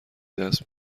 دست